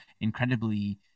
incredibly